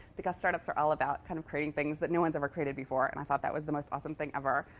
because startups are all about kind of creating things that no one's ever created before. and i thought that was the most awesome thing ever.